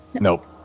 nope